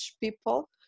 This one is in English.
people